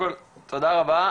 תודה רבה.